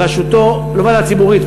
לא ועדה ציבורית,